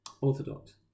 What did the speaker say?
Orthodox